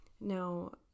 Now